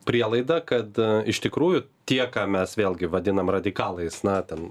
prielaidą kad iš tikrųjų tie ką mes vėlgi vadinam radikalais na ten